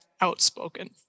outspoken